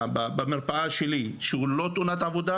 במרפאה שלי שהוא לא תאונת עבודה